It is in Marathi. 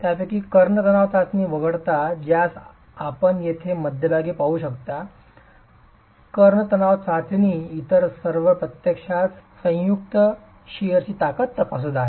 यापैकी कर्ण तणाव चाचणी वगळता ज्यास आपण येथे मध्यभागी पाहू शकता कर्ण तणाव चाचणी इतर सर्व प्रत्यक्षात संयुक्त शिअरची ताकद तपासत आहेत